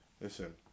Listen